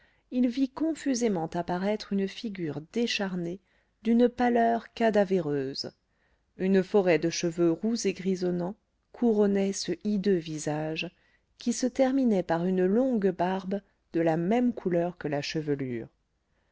il vit confusément apparaître une figure décharnée d'une pâleur cadavéreuse une forêt de cheveux roux et grisonnants couronnait ce hideux visage qui se terminait par une longue barbe de la même couleur que la chevelure